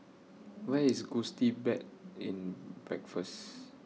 Where IS Gusti Bed and Breakfast